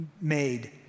made